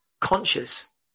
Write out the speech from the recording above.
conscious